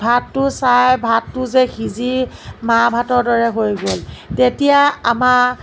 ভাতটো চাই ভাতটো যে সিজি মাৰ ভাতৰ দৰে হৈ গ'ল তেতিয়া আমাৰ